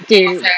okay